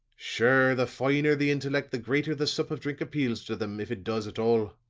sure, the finer the intellect, the greater the sup of drink appeals to them, if it does at all.